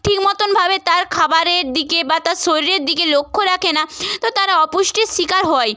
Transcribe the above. ঠিক মতন ভাবে তার খাবারের দিকে বা তার শরীরের দিকে লক্ষ্য রাখে না তো তারা অপুষ্টির শিকার হয়